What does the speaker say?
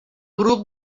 grup